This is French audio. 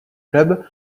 club